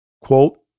Quote